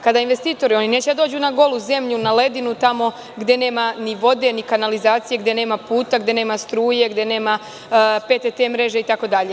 Kada investitori, oni neće da dođu na golu zemlju, na ledinu, tamo gde nema ni vode ni kanalizacije, gde nema puta, gde nema struje, gde nema PTT mreže itd.